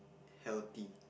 healthy